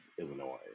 Illinois